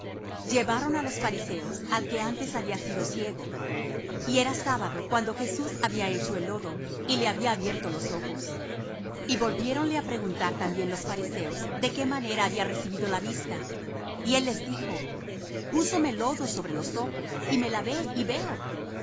llevaron á los fariseos al que antes había sido ciego y era sábado cuando jesús había hecho el lodo y le había abierto los ojos y volviéronle á preguntar también los fariseos de qué manera había recibido la vista y él les dijo púsome lodo sobre los ojos y me lavé y veo